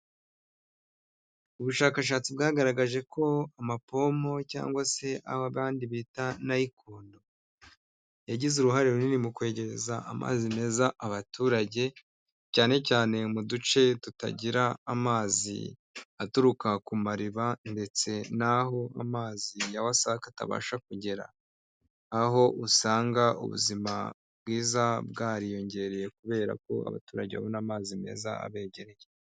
Ubushakashatsi bwagaragaje ko amapomo , cyangwa se aho abandi bita nayikoni yagize uruhare runini mu kwegereza amazi meza abaturage . Cyane cyane mu duce tutagira amazi aturuka ku mariba ndetse naho amazi ya wahasaka atabasha kugera. Aho usanga ubuzima bwiza bwariyongereye kubera ko abaturage babona amazi meza abegereye .